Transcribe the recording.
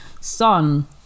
son